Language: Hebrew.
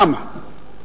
למה?